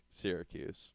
Syracuse